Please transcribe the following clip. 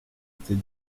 était